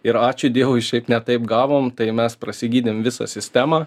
ir ačiū dievui šiaip ne taip gavom tai mes prasigydėm visą sistemą